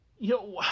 Yo